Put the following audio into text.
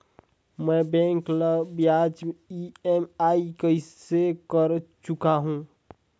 मैं बैंक ला ब्याज ई.एम.आई कइसे चुकाहू?